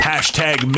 Hashtag